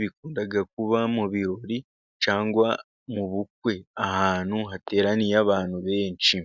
bikunda kuba mu birori cyangwa mu bukwe ahantu hateraniye abantu benshi.